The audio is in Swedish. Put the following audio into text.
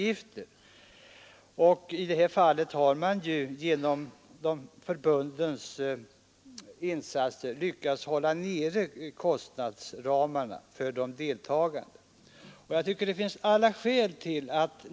I det här fallet har man genom dessa organisationers insatser kunnat hålla kostnaderna för deltagarna nere.